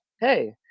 hey